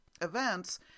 events